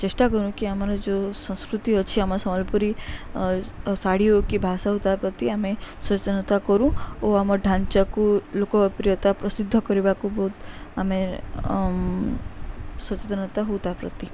ଚେଷ୍ଟା କରୁ କି ଆମର ଯେଉଁ ସଂସ୍କୃତି ଅଛି ଆମ ସମ୍ବଲପୁରୀ ଶାଢ଼ୀ ହଉ କି ଭାଷ ହଉ ତା ପ୍ରତି ଆମେ ସଚେତନତା କରୁ ଓ ଆମ ଢାଞ୍ଚାକୁ ଲୋକପ୍ରିୟତା ପ୍ରସିଦ୍ଧ କରିବାକୁ ବହୁତ ଆମେ ସଚେତନତା ହଉ ତା' ପ୍ରତି